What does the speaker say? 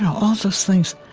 all those things.